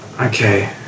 Okay